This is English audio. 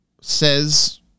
says